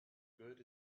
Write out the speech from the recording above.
good